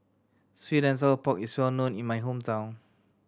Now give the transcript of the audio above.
sweet and sour pork is well known in my hometown